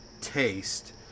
taste